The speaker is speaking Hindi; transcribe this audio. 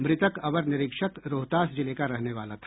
मृतक अवर निरीक्षक रोहतास जिले का रहने वाला था